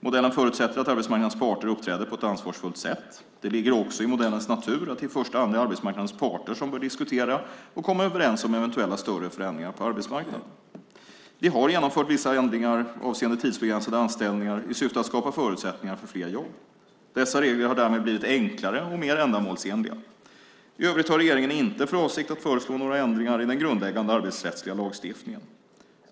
Modellen förutsätter att arbetsmarknadens parter uppträder på ett ansvarsfullt sätt. Det ligger också i modellens natur att det i första hand är arbetsmarknadens parter som bör diskutera och komma överens om eventuella större förändringar på arbetsmarknaden. Vi har genomfört vissa ändringar avseende tidsbegränsade anställningar i syfte att skapa förutsättningar för fler jobb. Dessa regler har därmed blivit enklare och mer ändamålsenliga. I övrigt har regeringen inte för avsikt att föreslå några ändringar i den grundläggande arbetsrättsliga lagstiftningen.